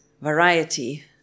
variety